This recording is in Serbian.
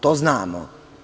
To znamo.